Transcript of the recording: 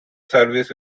service